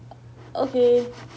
okay